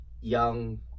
young